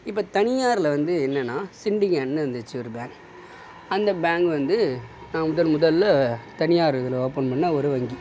இப்போ தனியாரில் வந்து என்னென்னா சிண்டிகேட்ன்னு இருந்துச்சு ஒரு பேங்க் அந்த பேங்க் வந்து முதன் முதலில் தனியார் இதில் ஓப்பன் பண்ண ஒரு வங்கி